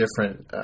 different